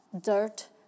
dirt